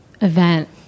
event